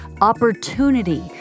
Opportunity